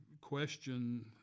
question